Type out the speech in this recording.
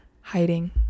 hiding